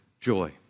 joy